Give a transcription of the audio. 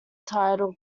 title